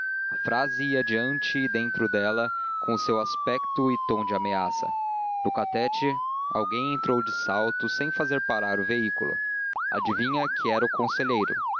a frase ia diante e dentro dela com o seu aspecto e tom de ameaça no catete alguém entrou de salto sem fazer parar o veículo adivinha que era o conselheiro